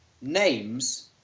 names